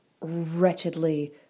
wretchedly